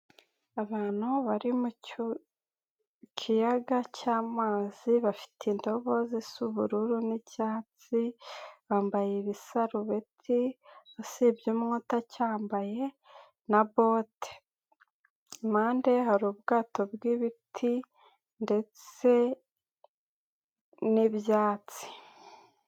Abantu bari mu kiyaga cy'amazi bafite indobo z'ubururu n'icyatsi, bambaye ibisarubeti, usibye umwe utacyambaye na bote. Impande ye hari ubwato bw'ibiti ndetse n'ibyatsi.